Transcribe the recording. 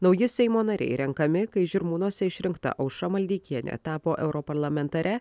nauji seimo nariai renkami kai žirmūnuose išrinkta aušra maldeikienė tapo europarlamentare